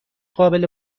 قابل